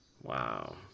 Wow